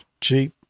cheap